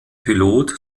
pilot